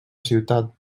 ciutat